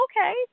Okay